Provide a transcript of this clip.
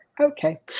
Okay